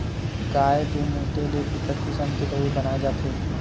गाय के मूते ले बिकट किसम के दवई बनाए जाथे